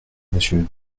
monsieur